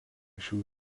šių